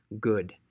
good